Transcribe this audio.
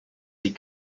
sie